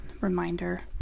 reminder